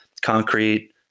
Concrete